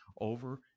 over